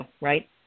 right